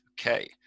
okay